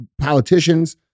politicians